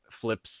flips